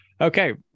Okay